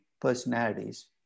personalities